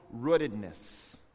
rootedness